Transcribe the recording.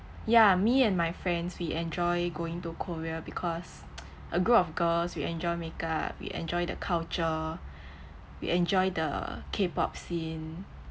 ya me and my friends we enjoy going to korea because a group of girls we enjoy makeup we enjoy the culture we enjoy the K-pop scene